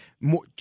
more